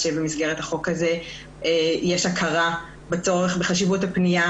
שבמסגרתו יש הכרה בצורך בחשיבות הפנייה